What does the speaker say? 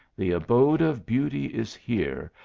the abode of beauty is here,